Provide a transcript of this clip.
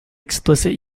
explicit